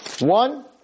One